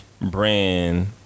brand